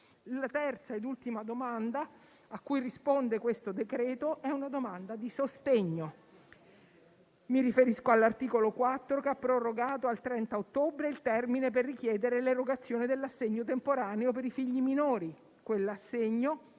La terza e ultima domanda a cui risponde questo decreto-legge è una domanda di sostegno. Mi riferisco all'articolo 4, che ha prorogato al 30 ottobre il termine per richiedere l'erogazione dell'assegno temporaneo per i figli minori, quell'assegno